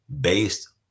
based